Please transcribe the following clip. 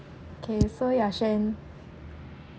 okay so ya xuan